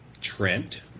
Trent